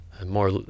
More